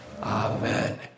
Amen